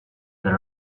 the